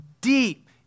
deep